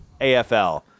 AFL